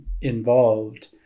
involved